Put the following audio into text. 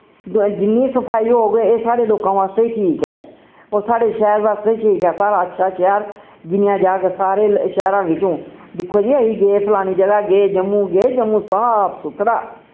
जिन्नी सफाई होग एह् साढ़े लोकां वास्तै ही ठीक ऐ और साढ़े शैह्र वास्तै ठीक ऐ साढ़ा अच्छा शैह्र गिनेआ जाग सारे शैह्रां बिच्चों दिक्खो जी असी गे फलानी जगाह् गे जम्मू गे जम्मू साफ सुथरा